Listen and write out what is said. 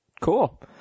Cool